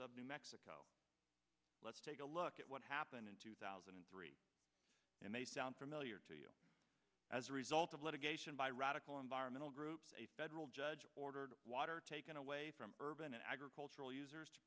new mexico let's take a look at what happened in two thousand and three and may sound familiar to you as a result of litigation by radical environmental groups a federal judge ordered water taken away from urban agricultural users to